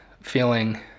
feeling